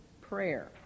prayer